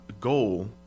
goal